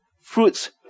Fruits